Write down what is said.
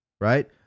right